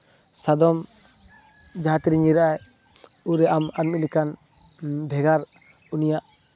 ᱥᱟᱫᱚᱢ ᱡᱟᱦᱟᱸ ᱛᱤᱨᱮ ᱧᱤᱨᱟᱜᱼᱟᱭ ᱩᱱᱨᱮ ᱟᱢ ᱟᱨ ᱢᱤᱫ ᱞᱮᱠᱟᱱ ᱵᱷᱮᱜᱟᱨ ᱩᱱᱤᱭᱟᱜ